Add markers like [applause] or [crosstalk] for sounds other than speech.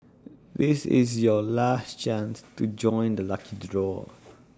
this is your last chance [noise] to join the [noise] lucky draw